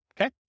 Okay